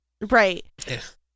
Right